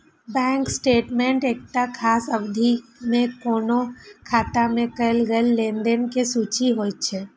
bank statement एकटा खास अवधि मे कोनो खाता मे कैल गेल लेनदेन के सूची होइ छै